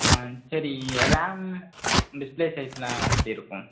ஆ சரி RAM display சைஸ்யெலாம் எப்படிருக்கும்